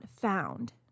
found